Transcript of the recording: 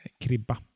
Kribba